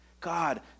God